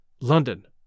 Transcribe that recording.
London